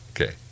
Okay